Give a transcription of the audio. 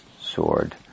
sword